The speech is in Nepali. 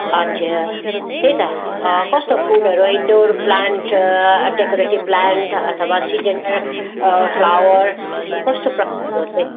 अच्छा त्यही त कस्तो फुलहरू इन्डोर प्लान्ट डेकोरेटिभ प्लान्ट अथवा सिजनल फ्लावर कस्तो प्रकारको चाहिँ